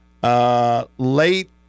Late